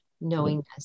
knowingness